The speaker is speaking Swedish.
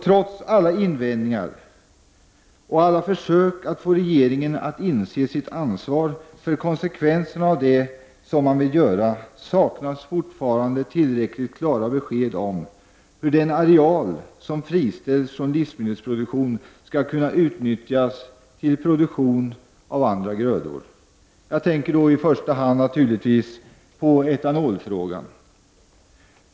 Trots alla invändningar och alla försök att få regeringen att inse sitt ansvar för konsekvenserna av det man vill göra, saknas fortfarande tillräckligt klara besked om hur den areal som friställs från livsmedelsproduktion skall kunna utnyttjas till produktion av andra grödor. Jag tänker då naturligtvis i första hand på etanolfrågan.